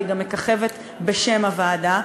והיא גם מככבת בשם הוועדה.